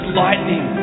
lightning